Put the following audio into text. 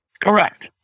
Correct